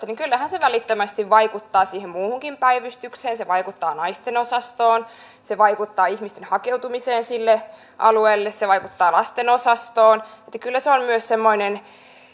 niin kyllähän se välittömästi vaikuttaa siihen muuhunkin päivystykseen se vaikuttaa naistenosastoon se vaikuttaa ihmisten hakeutumiseen sille alueelle se vaikuttaa lastenosastoon kyllä se on myös semmoinen